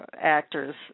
actors